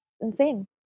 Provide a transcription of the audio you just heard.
insane